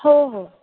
हो हो